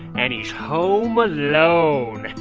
and he's home alone!